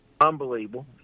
Unbelievable